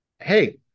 Hey